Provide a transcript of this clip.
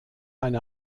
eine